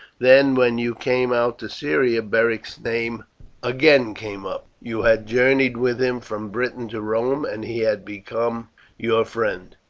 then when you came out to syria beric's name again came up. you had journeyed with him from britain to rome, and he had become your friend.